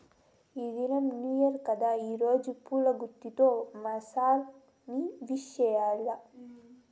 ఈ దినం new year కదా రోజా పూల గుత్తితో మా సార్ ని విష్ చెయ్యాల్ల